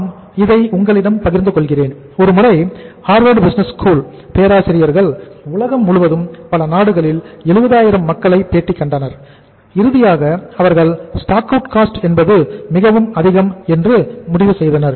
நாம் இதை உங்களிடம் பகிர்ந்து கொள்கிறேன் ஒருமுறை ஹார்வர்டு பிசினஸ் ஸ்கூல் என்பது மிகவும் அதிகம் என்று முடிவு செய்தனர்